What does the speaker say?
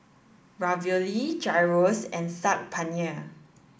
Ravioli Gyros and Saag Paneer